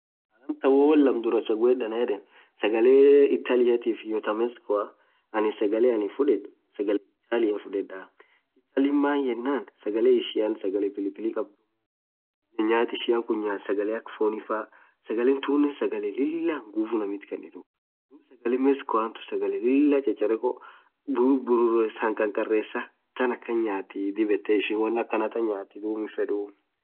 amtan woo won lamma dhurah chaguedh Anan yedhe sagale italiatif hiyoo thaa mexico anin sagale anin fudhedhu sagale Italia fudhedha italii maan yenen sagale ishia sagale pili pili khamdhumuu nyath ishian nyath sagale akha fhonifah sagalen tunen sagale lilah nguvu inamaat khanithu dhub sagale mexico thun sagale lilah chacharekho dhub ghurumea hakhakharesa thaan akhan nyathii dhib yet won akhan than nyathi dhub hinfedhu